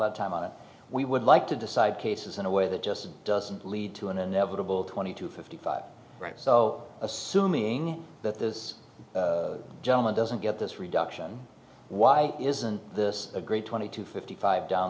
that time out we would like to decide cases in a way that just doesn't lead to an inevitable twenty two fifty five right so assuming that this gentleman doesn't get this reduction why isn't this a great twenty to fifty five down